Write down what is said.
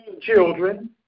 children